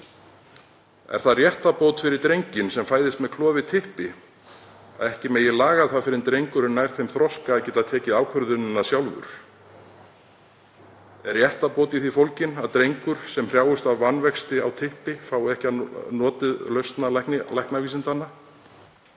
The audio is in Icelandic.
Er það réttarbót fyrir drenginn sem fæðist með klofið typpi að ekki megi laga það fyrr en drengurinn nær þeim þroska að geta tekið ákvörðunina sjálfur? Er réttarbót í því fólgin að drengur sem þjáist af vanvexti á typpi fái ekki notið lausna læknavísindanna?